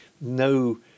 no